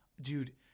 Dude